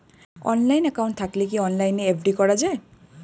Online account থাকলে কি অনলাইনে এফ.ডি করা যায়?